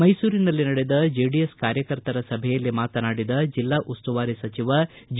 ಮೈಸೂರಿನಲ್ಲಿ ನಡೆದ ಜೆಡಿಎಸ್ ಕಾರ್ಯಕರ್ತರ ಸಭೆಯಲ್ಲಿ ಮಾತನಾಡಿದ ಜಿಲ್ಲಾ ಉಸ್ತುವಾರಿ ಸಚಿವ ಜಿ